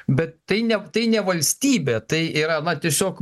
bet tai ne tai ne valstybė tai yra na tiesiog